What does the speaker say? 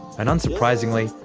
and unsurprisingly,